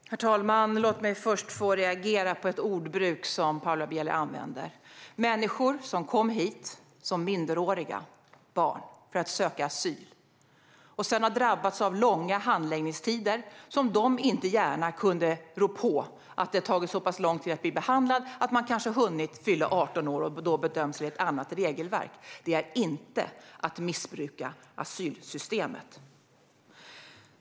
Herr talman! Låt mig först få reagera på Paula Bielers ordbruk. Människor som kommit hit som minderåriga barn för att söka asyl har sedan drabbats av långa handläggningstider. De kan inte gärna rå för att det har tagit så lång tid för dem att bli behandlade att de kanske har hunnit fylla 18 år och då bedöms enligt ett annat regelverk. Detta är inte att missbruka asylsystemet.